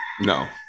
No